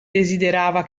desiderava